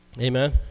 Amen